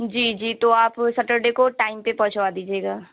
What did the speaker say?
جی جی تو آپ سٹرڈے کو ٹائم پہ پہنچوا دیجیے گا